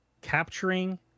capturing